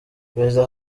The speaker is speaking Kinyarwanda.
perezida